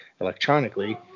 electronically